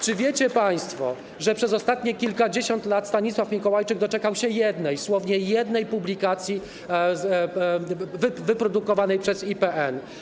Czy wiecie państwo, że przez ostatnie kilkadziesiąt lat Stanisław Mikołajczyk doczekał się jednej, słownie: jednej, publikacji wydanej przez IPN?